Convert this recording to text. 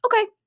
okay